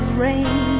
rain